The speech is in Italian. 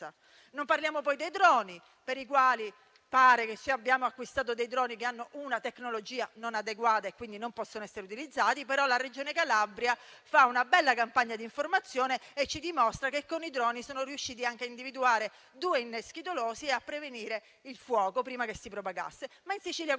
Non parliamo poi dei droni: pare che li abbiamo acquistati con una tecnologia non adeguata e quindi non possono essere utilizzati. La Regione Calabria, però, fa una bella campagna di informazione e ci dimostra che con i droni sono riusciti anche a individuare due inneschi dolosi e a prevenire il fuoco prima che si propagasse, ma in Sicilia questa